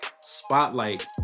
spotlight